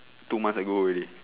two months ago already